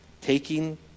taking